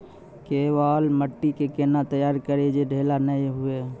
केवाल माटी के कैना तैयारी करिए जे ढेला नैय हुए?